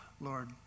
Lord